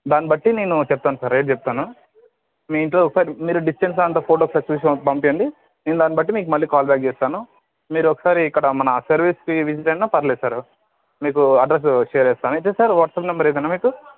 దాన్నిబట్టి నేను చెప్తాను సార్ రేట్ చెప్తాను మీ ఇంట్లో ఒకసారి మీరు డిస్టెన్స్ అంతా ఫోటో తీసి పంపీయండి దాని బట్టి నేను మీకు కాల్ బ్యాక్ చేస్తాను మీరొకసారి ఇక్కడ మన సర్వీస్కి విసిట్ అయినా పర్లేదు సారు మీకు అడ్రసు షేర్ చేస్తాను అయితే సార్ వాట్స్యాప్ నెంబర్ ఇదేనా సార్ మీకు